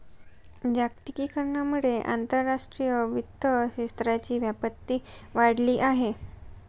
जागतिकीकरणामुळे आंतरराष्ट्रीय वित्त क्षेत्राची व्याप्ती वाढली आहे